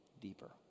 deeper